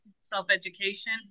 self-education